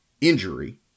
injury